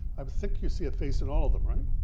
i would think you see a face in all of them, right?